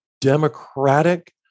democratic